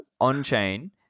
on-chain